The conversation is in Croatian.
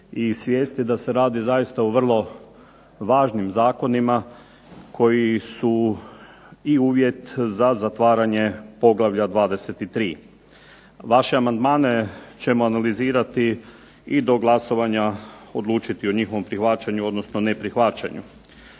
i svijesti da se radi zaista o vrlo važnim zakonima koji su i uvjet za zatvaranje poglavlja 23. Vaše amandmane ćemo analizirati i do glasovanja odlučiti o njihovom prihvaćanju, odnosno ne prihvaćanju.